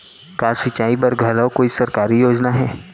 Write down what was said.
का सिंचाई बर घलो कोई सरकारी योजना हे?